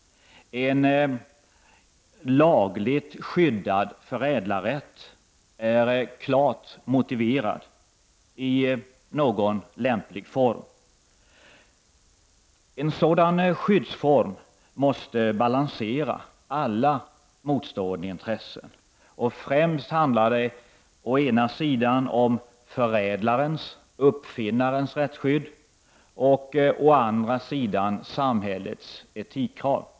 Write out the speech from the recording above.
En lagligt skyddad förädlarrätt är klart motiverad, i någon lämplig form. En sådan skyddsform måste balansera alla motstående intressen. Främst handlar det å ena sidan om förädlarens, uppfinnarens, rättsskydd och å andra sidan samhällets etikkrav.